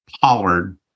Pollard